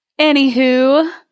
Anywho